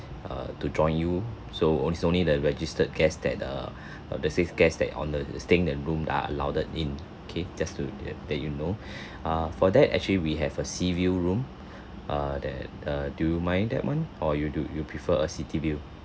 err to join you so on~ it's only the registered guests that err the six guest that on the staying that room are allowed in okay just to let you know uh for that actually we have a sea view room err that err do you mind that [one] or you do you prefer a city view